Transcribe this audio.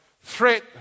threat